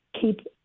keep